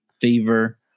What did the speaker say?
fever